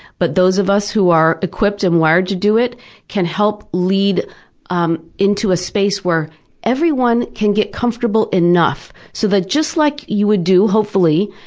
but those of us who are equipped and wired to do it can help lead um into a space where everyone can get comfortable enough. so just like you would do, hopefully,